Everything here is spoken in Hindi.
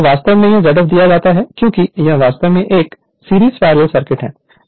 तो यह वास्तव में यह Z f दिया जाता है क्योंकि यह वास्तव में एक सीरीज पैरेलल सर्किट है